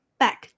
back